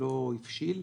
לא הבשיל,